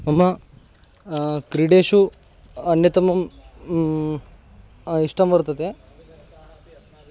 मम क्रीडेषु अन्यतमं इष्टं वर्तते